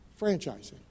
franchising